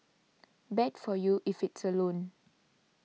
bad for you if it's a loan